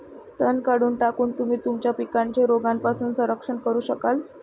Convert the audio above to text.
तण काढून टाकून, तुम्ही तुमच्या पिकांचे रोगांपासून संरक्षण करू शकाल